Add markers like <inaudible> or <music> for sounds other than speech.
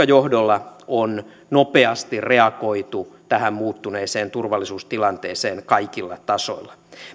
<unintelligible> johdolla on nopeasti reagoitu tähän muuttuneeseen turvallisuustilanteeseen kaikilla tasoilla